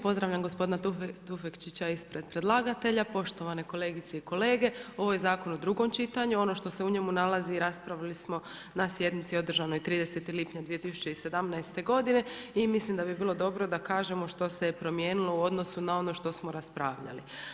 Pozdravljam gospodina Tufekčića ispred predlagatelja, poštovane kolegice i kolege, ovo je zakon o drugom čitanju, ovo što se u njemu nalazi raspravili smo na sjednici održanoj 31. lipnja 2017. godine i mislim da bi bilo dobro da kažemo što se promijenilo u odnosu na ono raspravljali.